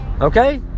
Okay